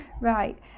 right